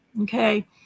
Okay